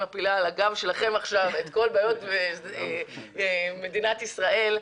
מפילה על הגב שלכם עכשיו את כל בעיות מדינת ישראל.